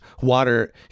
water